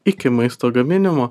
iki maisto gaminimo